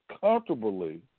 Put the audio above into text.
comfortably